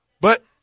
But-